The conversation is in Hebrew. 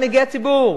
אתם מנהיגי הציבור,